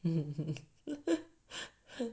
mm